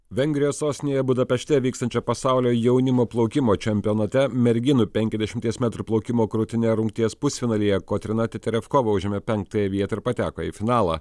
vengrijos sostinėje budapešte vykstančio pasaulio jaunimo plaukimo čempionate merginų penkiasdešimties metrų plaukimo krūtine rungties pusfinalyje kotryna teterevkova užėmė penktąją vietą ir pateko į finalą